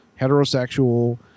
heterosexual